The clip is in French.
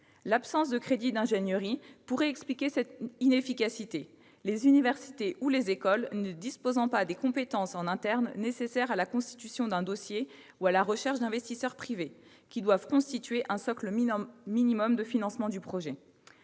L'absence de crédits d'ingénierie pourrait expliquer cette inefficacité, les universités ou les écoles ne disposant pas, en interne, des compétences nécessaires à la constitution d'un dossier ou à la recherche d'investisseurs privés, qui doivent établir un socle minimum de financement du projet.